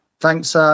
Thanks